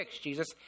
Jesus